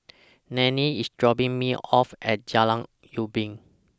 Nannette IS dropping Me off At Jalan Ubin